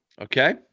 Okay